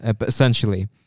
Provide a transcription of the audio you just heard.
essentially